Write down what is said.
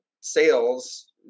sales